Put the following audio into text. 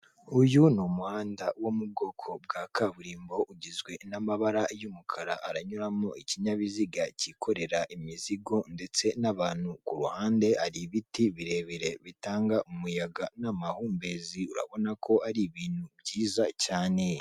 Uyu ni umuhanda wo mu bwoko bwa kaburimbo ugizwe n'amabara y'umukara, haranyuramo ikinyabiziga cyikorera imizigo ndetse n'abantu, ku ruhande hari ibiti birebire bitanga umuyaga n'amahumbezi, urabona ko ari ibintu byiza cyane.